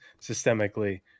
systemically